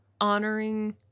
Honoring